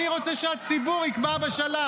אני רוצה שהציבור יקבע בשלט.